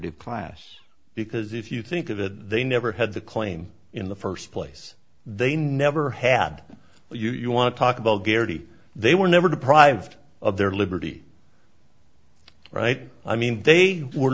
e class because if you think of it they never had the claim in the first place they never had you want to talk about garrity they were never deprived of their liberty right i mean they were